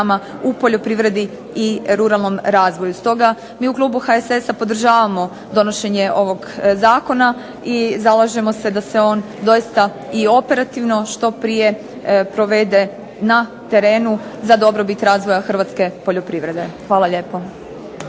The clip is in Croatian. u poljoprivredi i ruralnom razvoju. Stoga mi u klubu HSS-a podržavamo donošenje ovog zakona i zalažemo se da se on doista i operativno što prije provede na terenu za dobrobit razvoja hrvatske poljoprivrede. Hvala lijepo.